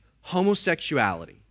homosexuality